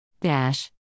Dash